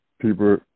people